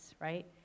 Right